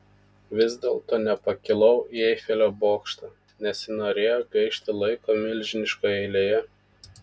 vis dėlto nepakilau į eifelio bokštą nesinorėjo gaišti laiko milžiniškoje eilėje